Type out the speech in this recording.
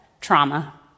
trauma